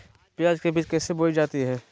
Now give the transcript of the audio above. प्याज के बीज कैसे बोई जाती हैं?